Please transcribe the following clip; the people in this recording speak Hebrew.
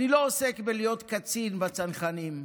אני לא עוסק בלהיות קצין בצנחנים,